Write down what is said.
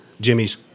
Jimmy's